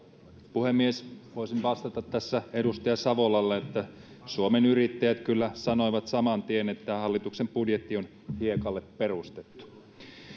puhemies voisin vastata tässä edustaja savolalle että suomen yrittäjät sanoivat kyllä saman tien että hallituksen budjetti on hiekalle perustettu